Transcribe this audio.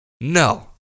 no